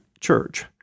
church